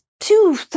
two